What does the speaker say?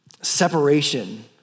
separation